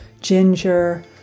ginger